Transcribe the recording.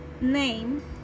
name